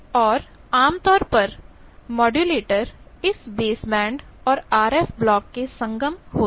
और आमतौर पर मॉड्यूलेटर इस बेसबैंड और आरएफ ब्लॉक के संगम होते हैं